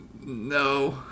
No